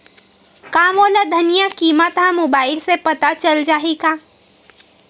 का मोला धनिया किमत ह मुबाइल से पता चल जाही का?